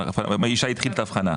ישי התחיל את ההבחנה,